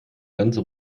ganze